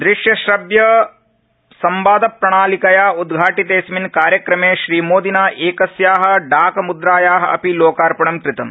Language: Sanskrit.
दृश्य श्रव्य संवाद प्रणालिकया उद्घाटितेऽस्मिन् कार्यक्रमे श्रीमोदिना एकस्या डाक मुद्राया अपि लोकार्पणं कृतम्